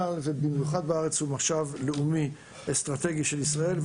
ובמיוחד בארץ הוא משאב לאומי אסטרטגי של ישראל.